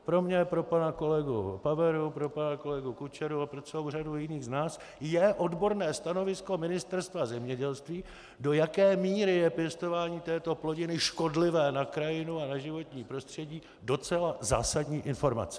Pro mě, pro pana kolegu Paveru, pro pana kolegu Kučeru a pro celou řadu jiných z nás je odborné stanovisko Ministerstva zemědělství, do jaké míry je pěstování této plodiny škodlivé na krajinu a na životní prostředí, docela zásadní informace.